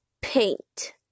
paint